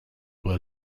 were